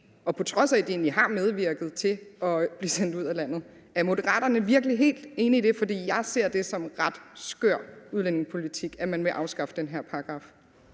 på trods af at de egentlig har medvirket til at blive sendt ud af landet. Er Moderaterne virkelig helt enige i det? For jeg ser det som ret skør udlændingepolitik, at man vil afskaffe den her paragraf.